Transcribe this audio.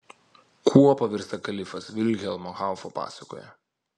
kuo pavirsta kalifas vilhelmo haufo pasakoje